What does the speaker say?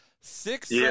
Six